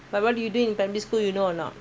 but what did you do in primary school you know or not